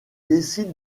décide